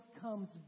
comes